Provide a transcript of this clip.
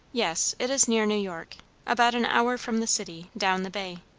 yes. it is near new york about an hour from the city, down the bay.